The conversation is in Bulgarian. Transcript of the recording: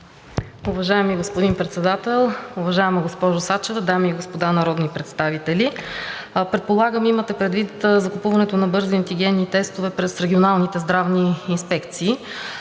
Уважаеми господин Председател, уважаема госпожо Сачева, дами и господа народни представители! Предполагам, имате предвид закупуването на бързи антигенни тестове през регионалните здравни инспекции.